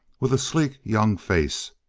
with a sleek, young face.